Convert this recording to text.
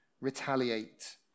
retaliate